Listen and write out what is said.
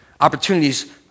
Opportunities